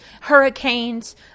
hurricanes